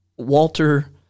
Walter